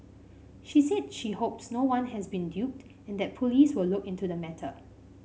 she said she hopes no one has been duped and that police will look into the matter